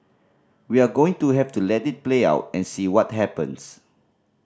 we're going to have to let it play out and see what happens